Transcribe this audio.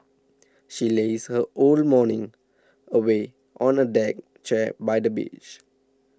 she lazed her whole morning away on a deck chair by the beach